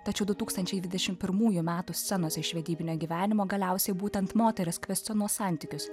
tačiau du tūkstančiai dvidešim pirmųjų metų scenos iš vedybinio gyvenimo galiausiai būtent moterys kvestionuos santykius